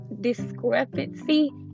discrepancy